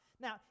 Now